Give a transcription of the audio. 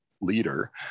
leader